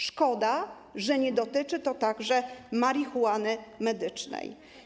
Szkoda, że nie dotyczy to także marihuany medycznej.